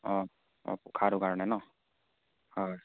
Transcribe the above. অঁ অঁ পোখাটোৰ কাৰণে ন হয়